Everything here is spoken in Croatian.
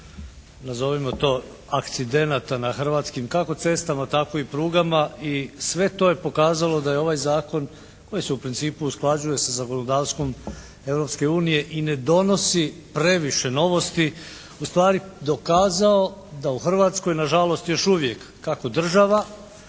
nazovimo to akcidenata na hrvatskim kako cestama tako i prugama i sve to je pokazalo da je ovaj zakon koji se u principu usklađuje sa zakonodavstvom Europske unije i ne donosi previše novosti ustvari dokazao da u Hrvatskoj nažalost još uvijek kako država